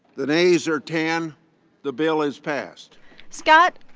the nays are ten the bill is passed scott,